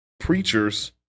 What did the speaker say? preachers